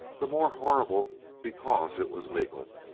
the more horrible because it was legal.